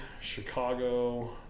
Chicago